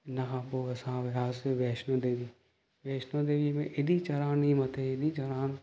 हुन खां पोइ असां वियासीं वैष्णो देवी वैष्णो देवीअ में एॾी चढ़ान हुई मथे एॾी चढ़ान